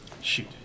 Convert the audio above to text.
Shoot